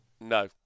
No